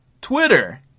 Twitter